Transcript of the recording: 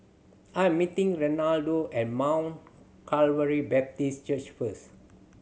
I am meeting Renaldo at Mount Calvary Baptist Church first